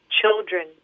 children